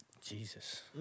Jesus